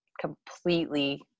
completely